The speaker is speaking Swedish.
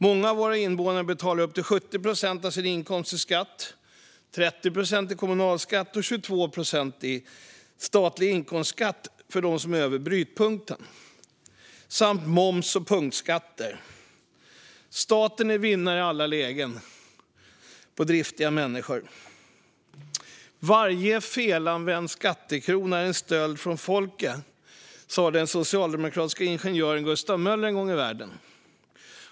Många av våra invånare betalar upp till 70 procent av sin inkomst i skatt, 30 procent i kommunalskatt och 22 procent i statlig inkomstskatt för dem som är över brytpunkten, samt moms och punktskatter. Staten är vinnare i alla lägen på driftiga människor. Varje felanvänd skattekrona är en stöld från folket, sa den socialdemokratiske ingenjören Gustav Möller en gång i världen.